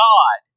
God